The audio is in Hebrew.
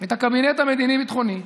את הקבינט המדיני-ביטחוני,